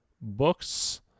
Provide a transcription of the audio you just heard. books